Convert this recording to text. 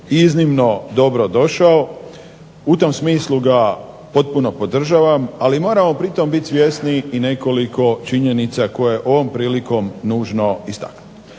iznimno dobro došao. U tom smislu ga potpuno podržavam, ali moramo pritom biti svjesni i nekoliko činjenica koje je ovom prilikom nužno istaknuti.